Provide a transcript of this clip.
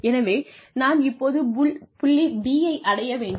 எனவே நான் இப்போது புள்ளி B ஐ அடைய வேண்டும்